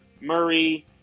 Murray